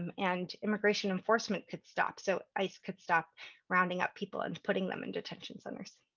um and immigration enforcement could stop. so ice could stop rounding up people and putting them in detention centers.